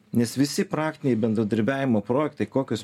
nes visi praktiniai bendradarbiavimo projektai kokius